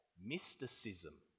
mysticism